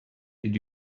did